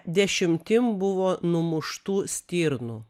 dešimtim buvo numuštų stirnų